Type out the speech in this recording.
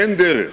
אין דרך,